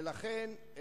ולכן,